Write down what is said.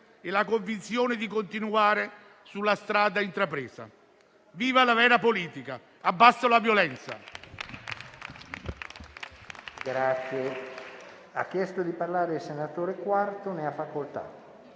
e la convinzione di continuare sulla strada intrapresa. Viva la vera politica; abbasso la violenza.